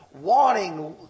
wanting